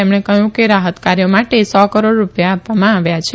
તેમણે કહયું કે રાહત કાર્યો માતે સો કરોડ રૂપિયા આપવામાં આવ્યા છે